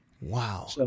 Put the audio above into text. Wow